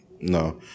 No